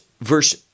verse